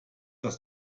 das